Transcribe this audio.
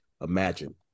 imagine